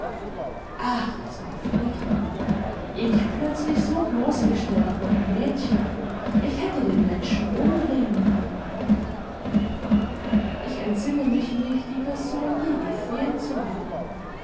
ach es war furchtbar ich plötzlich so bloßgestellt vor dem mädchen ich hätte den menschen umbringen mögen ich entsinne mich nicht die person je gesehen zu haben